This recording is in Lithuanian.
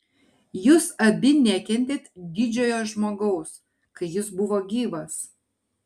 jūs abi nekentėt didžiojo žmogaus kai jis buvo gyvas